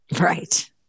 Right